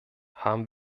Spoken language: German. haben